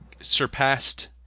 surpassed